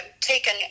taken